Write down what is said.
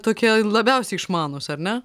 tokie labiausiai išmanūs ar ne